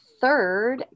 third